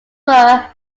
were